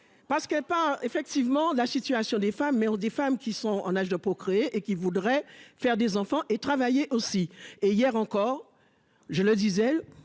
Parce qu'elle pas effectivement la situation des femmes mais ont des femmes qui sont en âge de procréer qui voudraient faire des enfants et travailler aussi et hier encore je le diesel.